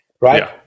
Right